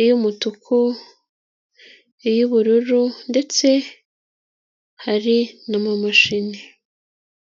iy'umutuku, iy'ubururu ndetse hari n'amamashini.